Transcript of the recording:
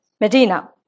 Medina